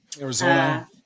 Arizona